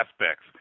aspects